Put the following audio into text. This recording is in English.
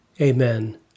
Amen